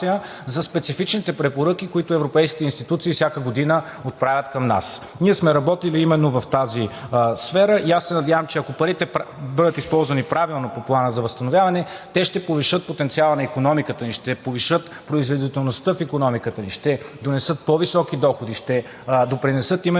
за специфичните препоръки, които европейските институции всяка година отправят към нас. Ние сме работили именно в тази сфера и аз се надявам, че ако парите бъдат използвани правилно по Плана за възстановяване, те ще повишат потенциала на икономиката ни, ще повишат производителността в икономиката ни, ще донесат по-високи доходи, ще допринесат именно